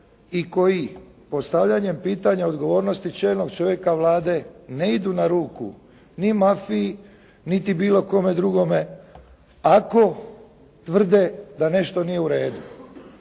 i koji postavljanje pitanja odgovornosti čelnog čovjeka Vlade ne idu na ruku ni mafiji, niti bilo kome drugome, ako tvrde da nešto nije u redu.